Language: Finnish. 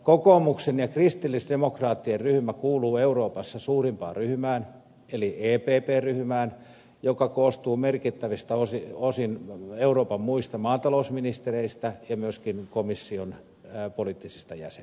kokoomuksen ja kristillisdemokraattien ryhmä kuuluu euroopassa suurimpaan ryhmään eli epp ryhmään joka koostuu merkittäviltä osin euroopan muista maatalousministereistä ja myöskin komission poliittisista jäsenistä